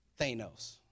Thanos